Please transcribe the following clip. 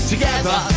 Together